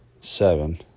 seven